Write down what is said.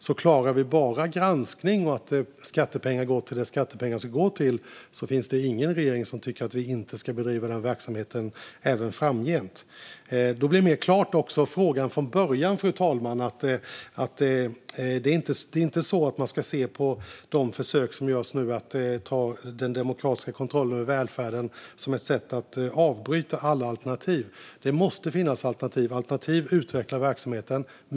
Om vi bara klarar att granska och se till att skattepengar går dit de ska finns det ingen regering som tycker att vi inte ska bedriva denna verksamhet även framgent. Då blir också den ursprungliga frågan tydligare, fru talman. Det är inte så att man ska se de försök som nu görs att ta demokratisk kontroll över välfärden som ett sätt att avbryta alla alternativ. Det måste finnas alternativ. Alternativ utvecklar verksamheten.